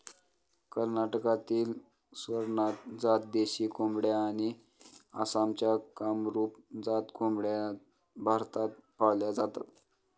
कर्नाटकातील स्वरनाथ जात देशी कोंबड्या आणि आसामच्या कामरूप जात कोंबड्या भारतात पाळल्या जातात